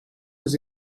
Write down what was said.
was